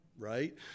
Right